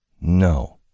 no